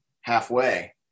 halfway